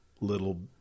little